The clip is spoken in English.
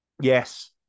yes